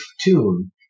tune